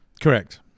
correct